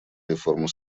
реформу